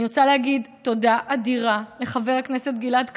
אני רוצה להגיד תודה אדירה לחבר הכנסת גלעד קריב,